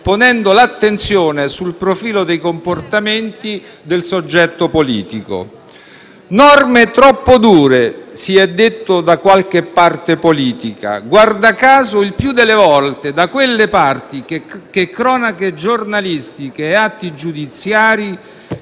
ponendo l'attenzione sul profilo dei comportamenti del soggetto politico. Sono norme troppo dure, si è detto da qualche parte politica: guarda caso, il più delle volte si è trattato di quelle parti che cronache giornalistiche e atti giudiziari